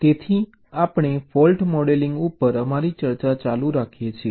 તેથી આપણે fault modelling ઉપર અમારી ચર્ચા ચાલુ રાખીએ છીએ